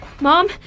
Mom